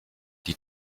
die